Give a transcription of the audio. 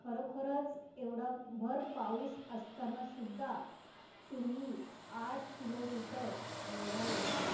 खरोखरच एवढा भर पाऊस असतानासुद्धा तुम्ही आठ किलोमीटर एवढ्या लांब